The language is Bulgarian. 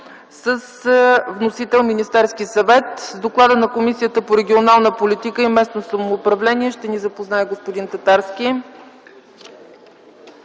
Вносител – Министерският съвет. С доклада на Комисията по регионална политика и местно самоуправление ще ни запознае господин Татарски.